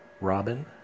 Robin